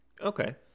Okay